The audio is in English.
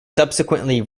subsequently